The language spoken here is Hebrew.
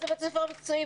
אז בבית ספר מקצועי,